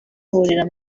bahurira